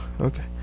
okay